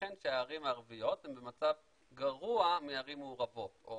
ייתכן שהערים הערביות הן במצב גרוע מערים מעורבות.